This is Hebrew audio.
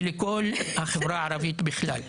ולכל החברה הערבית בכלל.